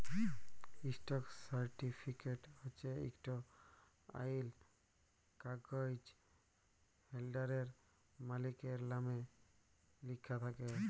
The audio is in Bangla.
ইস্টক সার্টিফিকেট হছে ইকট আইল কাগ্যইজ হোল্ডারের, মালিকের লামে লিখ্যা থ্যাকে